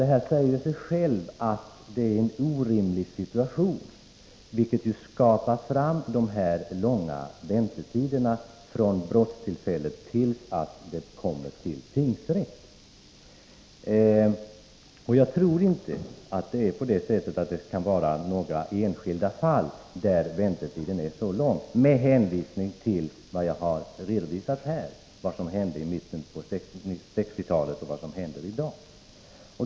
Det säger sig självt att detta är en orimlig situation, och det är det som skapar de långa väntetiderna från brottstillfället till dess att ärendet kommer till tingsrätten. Med hänsyn till den ökning av ärendebelastningen som jag här redogjort för tror jag inte att det är bara i enstaka fall som väntetiden är så lång.